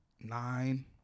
nine